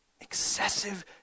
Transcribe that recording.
Excessive